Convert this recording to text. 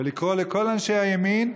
ולקרוא לכל אנשי הימין: